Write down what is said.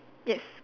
yes